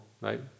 right